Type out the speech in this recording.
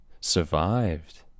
survived